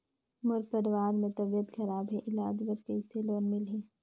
मोर परवार मे तबियत खराब हे इलाज बर कइसे लोन मिलही?